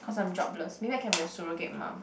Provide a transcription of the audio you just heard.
cause I'm jobless maybe I can be a surrogate mum